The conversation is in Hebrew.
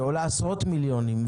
שעולה עשרות מיליונים,